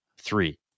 three